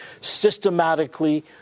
systematically